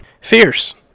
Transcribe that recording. fierce